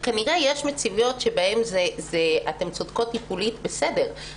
בהן אתן צודקות טיפולית, בסדר.